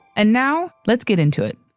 and now let's get into it.